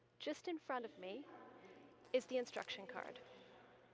just in front of me is the instruction card.